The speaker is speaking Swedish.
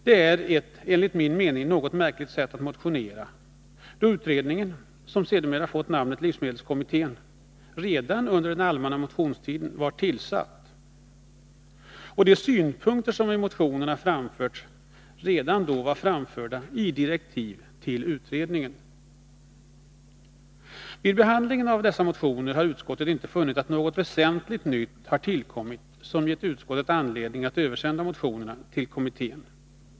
Det är ett enligt min mening något märkligt sätt att motionera, då utredningen — som sedermera fått namnet livsmedelskommittén — redan under den allmänna motionstiden var tillsatt och de synpunkter som framförs i motionerna redan då var framförda i direktiven till utredningen. Vid behandlingen av dessa motioner har utskottet inte funnit att något väsentligt nytt har tillkommit som gett utskottet anledning att översända motionerna till kommittén.